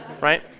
Right